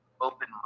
open